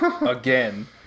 Again